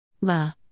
La